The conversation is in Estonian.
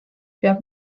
peab